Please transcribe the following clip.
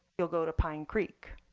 you'll go to pine creek.